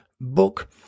book